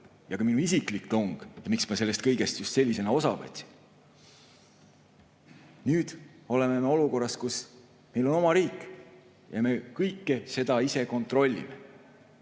nagu ka minu isiklik tung, miks ma sellest kõigest siis osa võtsin. Nüüd oleme olukorras, kus meil on oma riik ja me kõike seda ise kontrollime.